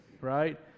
right